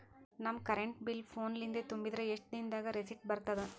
ನಮ್ current bill ಫೋನ ಲಿಂದೇ ತುಂಬಿದ್ರ, ಎಷ್ಟ ದಿ ನಮ್ ದಾಗ ರಿಸಿಟ ಬರತದ?